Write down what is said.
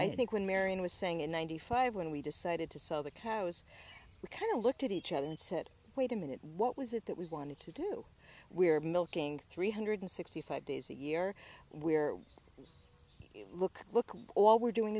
i think when marion was saying in ninety five when we decided to sell the cows we kind of looked at each other and said wait a minute what was it that we wanted to do we are milking three hundred sixty five days a year we're look look all we're doing